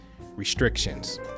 restrictions